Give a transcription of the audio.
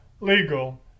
legal